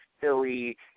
Philly